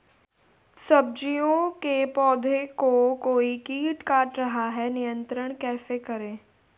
सब्जियों के पौधें को कोई कीट काट रहा है नियंत्रण कैसे करें?